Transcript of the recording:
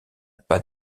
pas